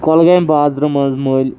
کۄلگامہِ بازرٕ منٛز مٔلۍ